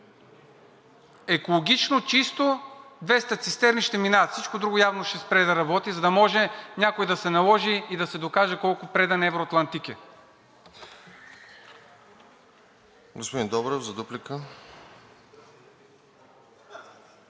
Екологично, чисто, 200 цистерни ще минават. Всичко друго явно ще спре да работи, за да може някой да се наложи и да се докаже колко предан евроатлантик